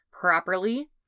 properly